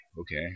okay